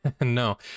No